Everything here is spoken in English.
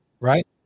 right